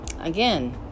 again